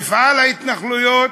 מפעל ההתנחלויות,